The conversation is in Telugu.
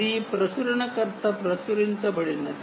ఇది ప్రచురణకర్త ప్రచురించబడినది